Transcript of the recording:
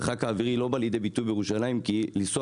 המרחק האווירי לא בא לידי ביטוי בירושלים כי לנסוע